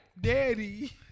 Daddy